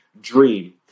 dream